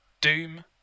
Doom